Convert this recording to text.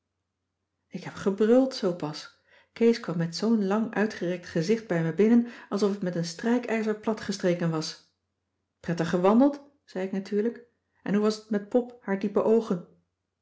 ik heb gebruld zoopas kees kwam met zoo'n lang uitgerekt gezicht bij me binnen alsof het met een strijkijzer platgestreken was prettig gewandeld zei ik natuurlijk en hoe was t met pop haar diepe oogen